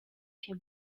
się